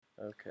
Okay